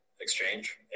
exchange